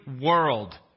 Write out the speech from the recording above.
world